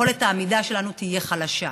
יכולת העמידה שלנו תהיה חלשה.